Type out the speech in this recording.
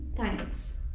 Thanks